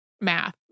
math